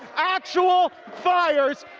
actual fires.